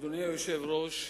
אדוני היושב-ראש,